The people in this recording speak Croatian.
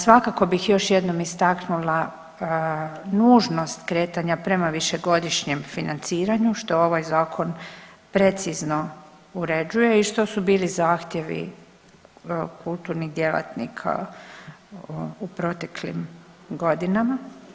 Svakako bih još jednom istaknula nužnost kretanja prema višegodišnjem financiranju što ovaj zakon precizno uređuje i što su bili zahtjevi kulturnih djelatnika u proteklim godinama.